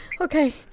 okay